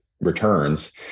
returns